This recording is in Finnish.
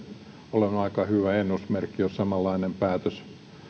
olevan aika hyvä ennusmerkki jos samanlainen päätös